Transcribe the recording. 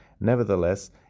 Nevertheless